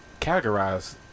categorize